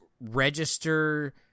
register